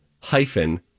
hyphen